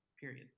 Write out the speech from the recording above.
period